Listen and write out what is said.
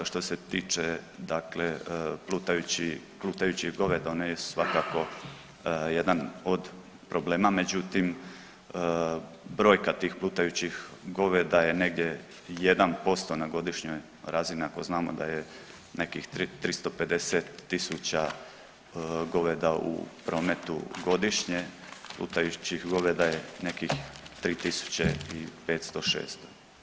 Što se tiče dakle plutajući, plutajućih goveda, ona je svakako jedan od problema, međutim brojka tih plutajućih goveda je negdje 1% na godišnjoj razini ako znamo da je nekih 350 tisuća goveda u prometu godišnje, plutajućih goveda je nekih 3.500-600.